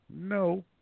no